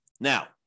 Now